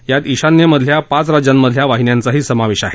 यात ईशान्येतल्या पाच राज्यांमधल्या वाहिन्यांचाही समावेश आहे